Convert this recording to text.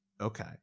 okay